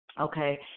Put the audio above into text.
Okay